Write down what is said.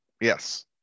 Yes